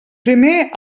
primer